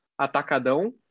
atacadão